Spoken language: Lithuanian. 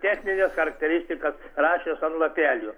techninę charakteristiką rašės an lapelio